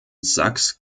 sachs